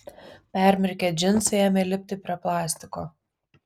permirkę džinsai ėmė lipti prie plastiko